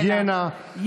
היגיינה,